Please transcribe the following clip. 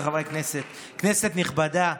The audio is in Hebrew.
כנסת נכבדה,